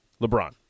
LeBron